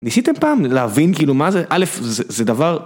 ניסיתם פעם להבין כאילו מה זה, א', זה דבר...